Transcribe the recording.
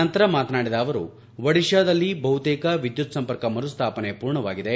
ನಂತರ ಮಾತನಾಡಿದ ಅವರು ಒಡಿತಾದಲ್ಲಿ ಬಹುತೇಕ ವಿದ್ಯುತ್ ಸಂಪರ್ಕ ಮರುಸ್ವಾಪನೆ ಮೂರ್ಣವಾಗಿದೆ